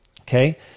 Okay